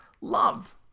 love